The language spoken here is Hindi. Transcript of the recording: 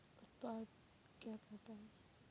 उत्पाद क्या होता है?